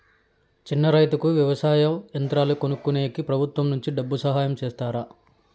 చిన్న రైతుకు వ్యవసాయ యంత్రాలు కొనుక్కునేకి ప్రభుత్వం నుంచి డబ్బు సహాయం చేస్తారా?